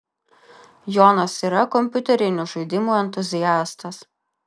jonas yra kompiuterinių žaidimų entuziastas